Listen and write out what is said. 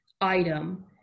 item